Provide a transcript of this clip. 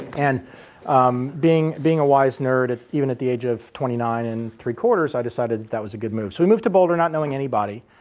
and um being being a wise nerd even at the age of twenty nine and three quarters, i decided that was a good move. so we moved to boulder not knowing anybody.